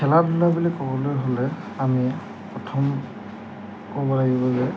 খেলা ধূলা বুলি ক'বলৈ হ'লে আমি প্ৰথম ক'ব লাগিব যে